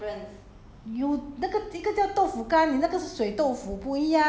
那个 ah 那个才可以拿来敷脸 you know you know